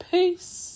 Peace